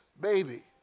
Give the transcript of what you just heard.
baby